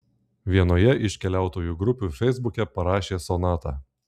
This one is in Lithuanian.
vienoje iš keliautojų grupių feisbuke parašė sonata